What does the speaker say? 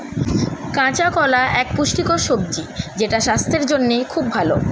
কাঁচা কলা এক পুষ্টিকর সবজি যেটা স্বাস্থ্যের জন্যে খুব ভালো